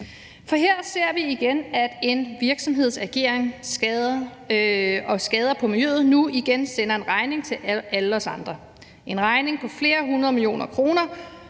For her ser vi, at en virksomheds ageren har skadet miljøet, hvilket nu igen sender en regning til alle os andre, en regning på flere hundrede millioner kroner,